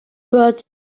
but